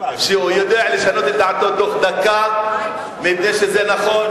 שיודע לשנות את דעתו בתוך דקה מפני שזה נכון,